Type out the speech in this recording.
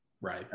Right